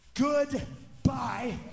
goodbye